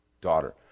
daughter